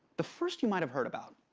the first you might have heard about.